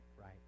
right